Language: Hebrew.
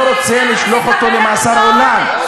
אני לא רוצה לשלוח אותו למאסר עולם.